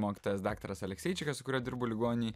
mokytojas daktaras alekseičikas su kuriuo dirbu ligoninėj